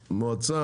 המועצה,